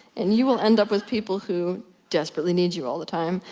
and you will end up with people who desperately need you all the time.